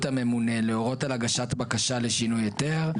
הממונה להורות על הגשת בקשה לשינוי היתר,